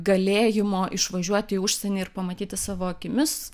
galėjimo išvažiuoti į užsienį ir pamatyti savo akimis